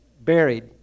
buried